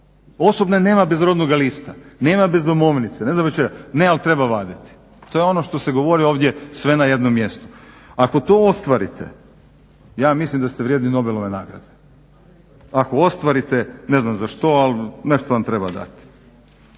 Osobne nema bez rodnoga lista, nema bez domovnice … ne, ali treba vaditi. To je ono što ste govorili ovdje sve na jednom mjestu. Ako to ostvarite ja mislim da ste vrijedni Nobelove nagrade, ako ostvarite, ne znam za što ali nešto vam treba dati.